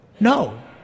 No